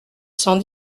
cent